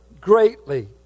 greatly